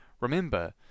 Remember